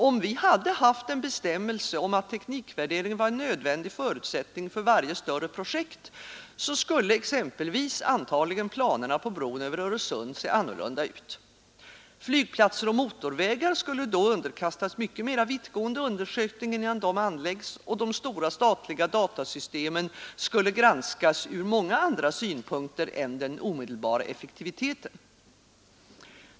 Om vi hade haft en bestämmelse om att teknikvärdering var en nödvändig förutsättning för varje större projekt, så skulle antagligen planerna på bron över Öresund se annorlunda ut. Flygplatser och motorvägar skulle underkastas mycket mer vittgående undersökningar innan de anläggs, och de stora statliga datasystemen skulle granskas från många andra synpunkter än den omedelbara effektiviteten.